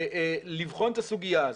לבחון את הסוגיה הזו,